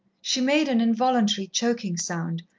she made an involuntary, choking sound,